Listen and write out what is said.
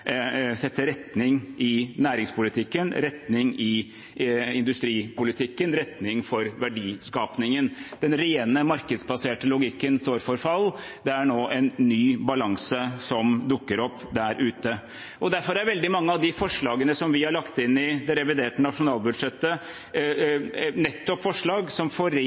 sette retning i næringspolitikken, retning i industripolitikken, retning for verdiskapingen. Den rene markedsbaserte logikken står for fall. Det er nå en ny balanse som dukker opp der ute. Derfor er veldig mange av de forslagene som vi har lagt inn i det reviderte nasjonalbudsjettet, nettopp forslag som